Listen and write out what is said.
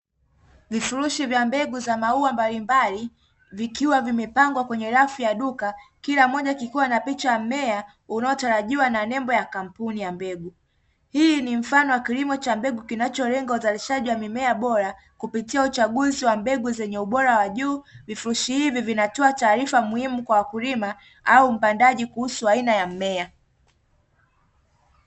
Vifurushi vya mbegu za maua mbalimbali, vikiwa vimepangwa kwenye rafu ya duka, kila mmoja kikiwa na picha ya mmea unaotarajiwa na nembo ya kampuni ya mbegu. Hii ni mfano wa kilimo cha mbegu kinacholenga uzalishaji wa mimea bora, kupitia uchaguzi wa mbegu zenye ubora wa juu vifurushi hivi vinatoa taarifa muhimu kwa wakulima au mpandaji kuhusu aina ya mmea.